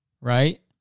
right